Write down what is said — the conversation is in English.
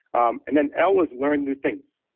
um and then l is learn new things.